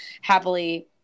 happily